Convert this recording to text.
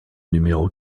numéro